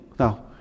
Now